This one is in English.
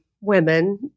women